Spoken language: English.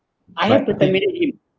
I have to terminate him